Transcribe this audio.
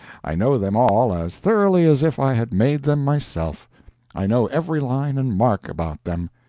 i know them all as thoroughly as if i had made them myself i know every line and mark about them.